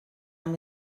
amb